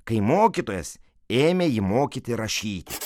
kai mokytojas ėmė jį mokyti rašyti